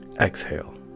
exhale